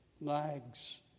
lags